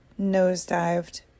nosedived